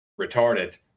retarded